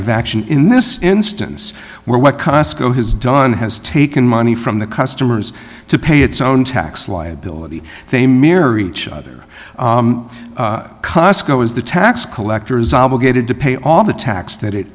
of action in this instance where what cosco has done has taken money from the customers to pay its own tax liability they mirror each other cosco is the tax collector is obligated to pay all the tax that it